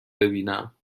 ببینم